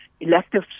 elective